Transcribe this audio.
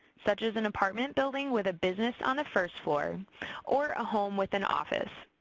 such as an apartment building with a business on the first floor or a home with an office.